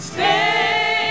Stay